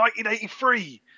1983